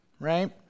right